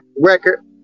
record